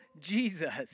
Jesus